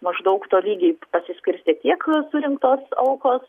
maždaug tolygiai pasiskirstė tiek surinktos aukos